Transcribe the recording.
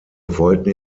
wollten